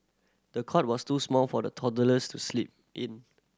the cot was too small for the toddlers to sleep in